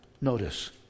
Notice